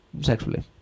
sexually